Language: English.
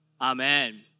Amen